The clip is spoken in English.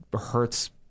hurts